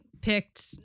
picked